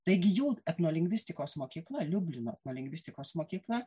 taigi jų etnolingvistikos mokykla liublino etnolingvistikos mokyklą